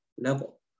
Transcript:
level